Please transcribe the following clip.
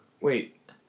Wait